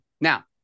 Now